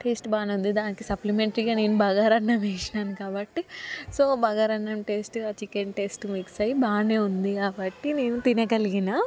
taste బగానే ఉంది దానికి సప్లిమెంట్రీగా నేను బగారాన్నం వేసినాను కాబట్టి సో బాగారాన్నం టేస్ట్గా చికెన్ టేస్ట్ మిక్స్ అయ్యి బాగానే ఉంది కాబట్టి నేను తినగలిగినా